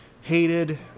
hated